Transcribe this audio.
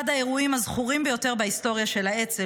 אחד האירועים הזכורים ביותר בהיסטוריה של האצ"ל